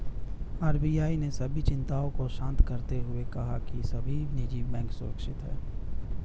RBI ने सभी चिंताओं को शांत करते हुए कहा है कि सभी निजी बैंक सुरक्षित हैं